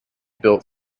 built